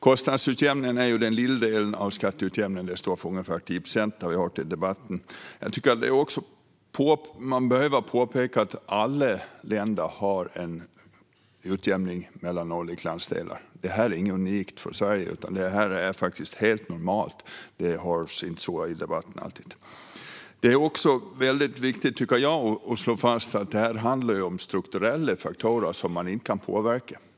Kostnadsutjämningen är den lilla delen av skatteutjämningen och står för ungefär 10 procent, som vi har hört i debatten. Man behöver påpeka att alla länder har en utjämning mellan olika landsdelar. Detta är inget unikt för Sverige utan faktiskt något helt normalt, men det hör man inte alltid i debatten. Det är också viktigt, tycker jag, att slå fast att detta handlar om strukturella faktorer som inte går att påverka.